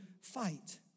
fight